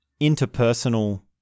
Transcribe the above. interpersonal